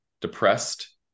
depressed